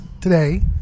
today